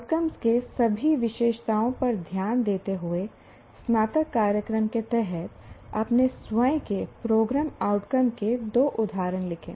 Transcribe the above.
outcome के सभी विशेषताओं पर ध्यान देते हुए स्नातक कार्यक्रम के तहत अपने स्वयं के प्रोग्राम आउटकम के दो उदाहरण लिखें